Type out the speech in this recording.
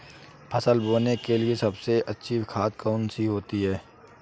फसल बोने के लिए सबसे अच्छी खाद कौन सी होती है?